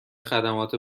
خدمات